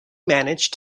manage